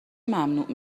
ممنوع